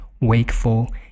wakeful